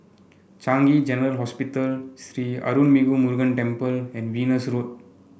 Changi General Hospital Sri Arulmigu Murugan Temple and Venus Road